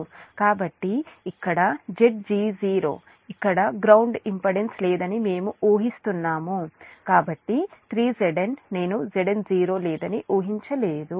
కాబట్టి కాబట్టి ఇక్కడ Zg0 ఇక్కడ గ్రౌండ్ ఇంపెడెన్స్ లేదని మేము ఉహిస్తున్నాము కాబట్టి 3Zn నేను Zn 0 లేదని ఉహించలేదు